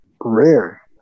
rare